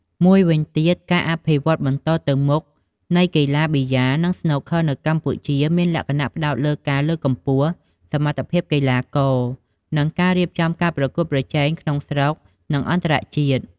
មួយវិញទៀតការអភិវឌ្ឍន៍បន្តទៅមុខនៃកីឡាប៊ីយ៉ានិងស្នូកឃ័រនៅកម្ពុជាមានលក្ខណៈផ្តោតលើការលើកកម្ពស់សមត្ថភាពកីឡាករ និងការរៀបចំការប្រកួតប្រជែងក្នុងស្រុក និងអន្តរជាតិ។